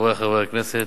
חברי חברי הכנסת,